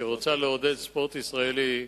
שרוצה לעודד ספורט ישראלי,